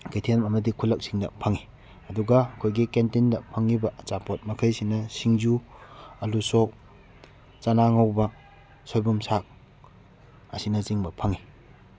ꯀꯩꯊꯦꯜ ꯑꯃꯗꯤ ꯈꯨꯜꯂꯛꯁꯤꯡꯗ ꯐꯪꯉꯤ ꯑꯗꯨꯒ ꯑꯩꯈꯣꯏꯒꯤ ꯀꯦꯟꯇꯤꯟꯗ ꯐꯪꯉꯤꯕ ꯑꯆꯥꯄꯣꯠ ꯃꯈꯩꯁꯤꯅ ꯁꯤꯡꯖꯨ ꯑꯂꯨꯆꯣꯛ ꯆꯅꯥ ꯉꯧꯕ ꯁꯣꯏꯕꯨꯝ ꯁꯥꯛ ꯑꯁꯤꯅꯆꯤꯡꯕ ꯐꯪꯉꯤ